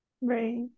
right